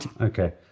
Okay